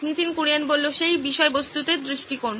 নীতিন কুরিয়ান সেই বিষয়বস্তুতে দৃষ্টিকোণ